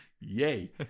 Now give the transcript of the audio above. yay